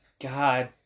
God